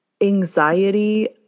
anxiety